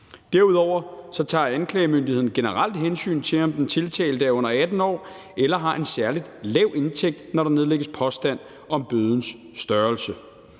Derudover tager anklagemyndigheden generelt hensyn til, om den tiltalte er under 18 år eller har en særlig lav indtægt, når der nedlægges påstand om bødens størrelse.